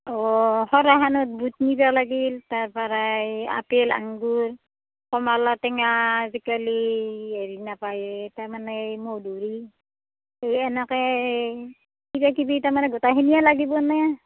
অ শৰাইখনত বুট নিব লাগিল তাৰপৰাই আপেল আঙুৰ কমলা টেঙা আজিকলি হেৰি নাপায়েই তাৰমানে মধুৰী এনেকেই কিবা কিবি তাৰমানে গোটেইখিনিয়ে লাগিবনে